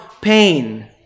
pain